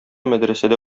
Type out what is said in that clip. мәдрәсәдә